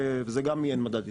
וזה גם יהיה מדד ייחוס.